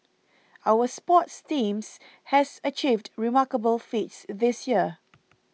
our sports teams has achieved remarkable feats this year